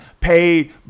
pay